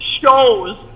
shows